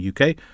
UK